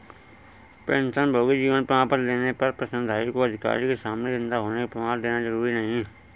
पेंशनभोगी जीवन प्रमाण पत्र लेने पर पेंशनधारी को अधिकारी के सामने जिन्दा होने का प्रमाण देना जरुरी नहीं